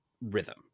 rhythm